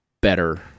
better